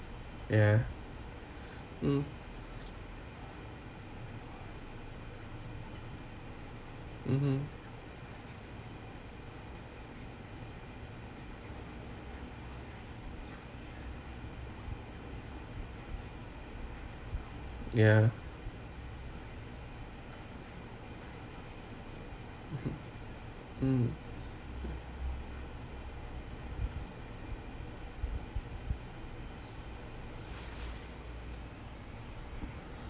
ya mm mmhmm ya mm